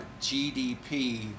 GDP